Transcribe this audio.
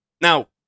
Now